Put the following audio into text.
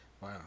Wow